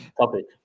topic